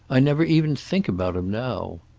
i never even think about him, now.